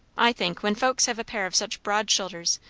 i think, when folks have a pair of such broad shoulders,